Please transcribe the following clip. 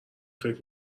فکر